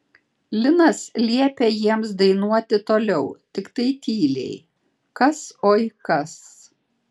linas liepė jiems dainuoti toliau tiktai tyliai kas oi kas